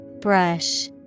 Brush